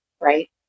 right